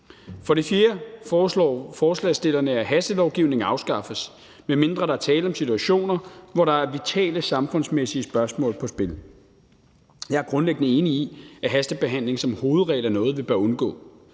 For det fjerde foreslår forslagsstillerne, at hastelovgivning afskaffes, medmindre der er tale om situationer, hvor der er vitale samfundsmæssige spørgsmål på spil. Jeg er grundlæggende enig i, at hastebehandling som hovedregel er noget, vi bør undgå.